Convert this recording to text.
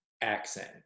accent